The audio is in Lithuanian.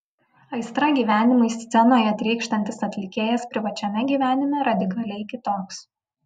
aistra gyvenimui scenoje trykštantis atlikėjas privačiame gyvenime radikaliai kitoks